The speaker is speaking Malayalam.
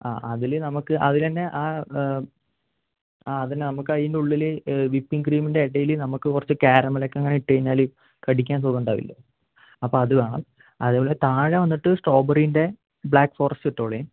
ആ അതിൽ നമ്മൾക്ക് അതിൽതന്നെ ആ ആ അതുതന്നെ നമ്മൾക്ക് അതിൻ്റെ ഉള്ളിൽ വിപ്പിൻ ക്രീമിൻ്റെ ഇടയിൽ നമ്മൾക്ക് കുറച്ച് കാരമലൊക്കെ അങ്ങനെ ഇട്ടു കഴിഞ്ഞാൽ കടിക്കാൻ സുഖം ഉണ്ടാവില്ലേ അപ്പോൾ അത് വേണം അതേപോലെ താഴെ വന്നിട്ട് സ്ട്രോബെറിയിൻ്റെ ബ്ലാക്ക് ഫോറെസ്റ്റ് ഇട്ടുകൊള്ളൂ